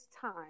time